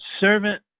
servant